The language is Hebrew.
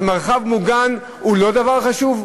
אז מרחב מוגן הוא לא דבר חשוב?